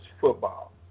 football